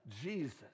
Jesus